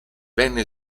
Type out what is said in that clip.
venne